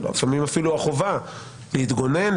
לפעמים אפילו החובה להתגונן,